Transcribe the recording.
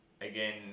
again